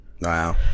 wow